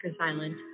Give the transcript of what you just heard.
Island